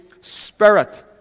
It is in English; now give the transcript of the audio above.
spirit